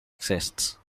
exists